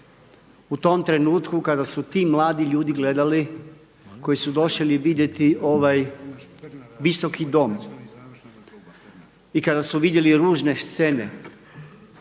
u tom trenutku kada su ti mladi ljudi gledali koji su došli vidjeti ovaj Visoki dom i kada su vidjeli ružne scene,